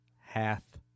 hath